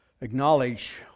acknowledge